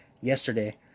yesterday